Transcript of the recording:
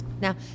Now